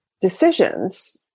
decisions